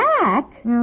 Jack